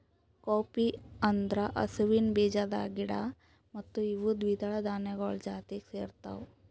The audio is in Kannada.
ಕೌಪೀ ಅಂದುರ್ ಹಸುವಿನ ಬೀಜದ ಗಿಡ ಮತ್ತ ಇವು ದ್ವಿದಳ ಧಾನ್ಯಗೊಳ್ ಜಾತಿಗ್ ಸೇರ್ತಾವ